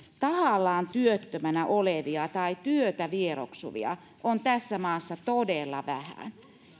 tahallaan työttömänä olevia tai työtä vieroksuvia on tässä maassa todella vähän